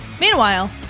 Meanwhile